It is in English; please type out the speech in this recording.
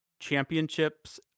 championships